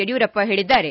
ಯಡಿಯೂರಪ್ಪ ಹೇಳಿದ್ದಾರೆ